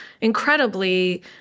incredibly